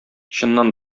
чыннан